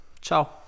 ciao